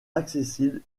accessibles